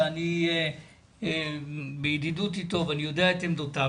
שאני בידידות אתו ואני יודע את עמדותיו,